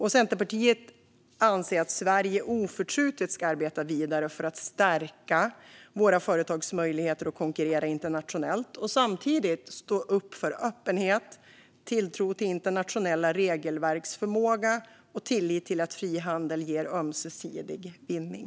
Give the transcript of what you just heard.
Centerpartiet anser att Sverige oförtrutet ska arbeta vidare för att stärka våra företags möjligheter att konkurrera internationellt och samtidigt stå upp för öppenhet, tilltro till internationella regelverks förmåga och tillit till att frihandel ger ömsesidig vinning.